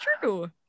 true